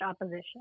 opposition